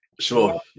Sure